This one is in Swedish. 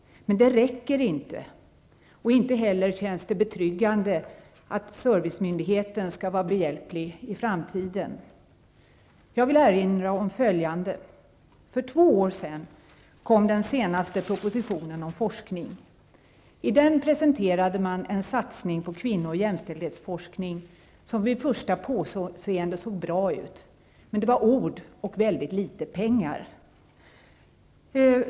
Men det räcker inte. Inte heller känns det betryggande att servicemyndigheten skall vara behjälplig i framtiden. Jag vill erinra om följande. För två år sedan kom den senaste propositionen om forskning. I den presenterade man en satsning på kvinno och jämställdhetsforskning som vid första påseendet såg bra ut. Men det var ord och väldigt litet pengar.